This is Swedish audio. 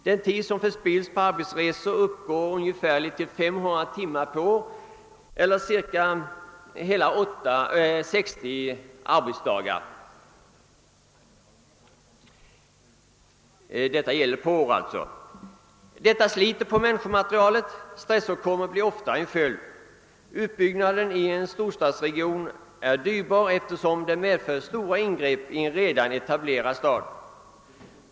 Den tid som förspills på arbetsresor uppgår till un gefär 500 timmar eller cirka 60 arbetsdagar per år. Detta sliter på människomaterialet, och stressåkommor blir ofta en följd. Utbyggnaden av en storstadsregion är dyrbar, eftersom den medför stora ingrepp i en redan etablerad stad.